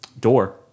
door